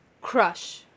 crush